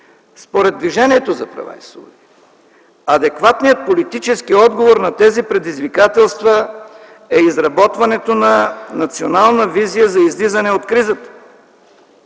Според Движението за права и свободи адекватният политически отговор на тези предизвикателства е изработването на национална визия за излизане от кризата.